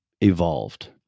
evolved